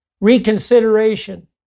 reconsideration